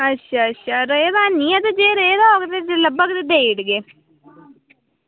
अच्छा अच्छा ते रेह्दा ऐ निं ऐ ते रेह्दा होग जे लब्भग ते देई ओड़गे